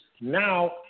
now –